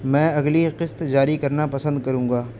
میں اگلی قسط جاری کرنا پسند کروں گا